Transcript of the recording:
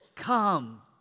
Come